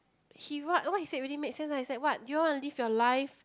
he what what he said really makes sense like he's like say what do you all want to live your life